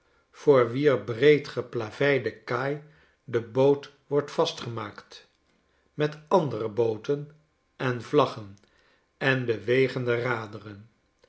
voor wier breed geplaveide kaai de boot wordt vastgemaakt met andere booten en vlaggen enbewegende raderen